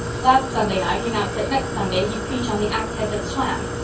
last sunday night he announced that next sunday he'd preach on the axe-head that swam.